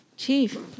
Chief